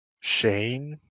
Shane